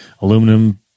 aluminum